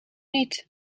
niet